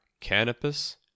canopus